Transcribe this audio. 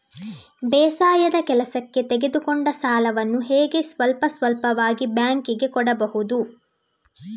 ಬೇಸಾಯದ ಕೆಲಸಕ್ಕೆ ತೆಗೆದುಕೊಂಡ ಸಾಲವನ್ನು ಹೇಗೆ ಸ್ವಲ್ಪ ಸ್ವಲ್ಪವಾಗಿ ಬ್ಯಾಂಕ್ ಗೆ ಕೊಡಬಹುದು?